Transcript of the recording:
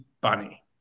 bunny